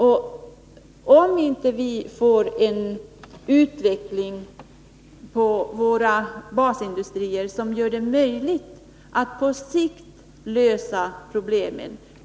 Våra basindustrier måste utvecklas, så att vi får en lösning av problemen på sikt.